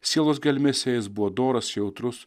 sielos gelmėse jis buvo doras jautrus